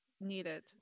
needed